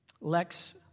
Lex